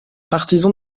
partisan